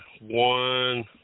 one